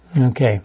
Okay